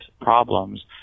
problems